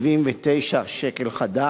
661,579 ש"ח,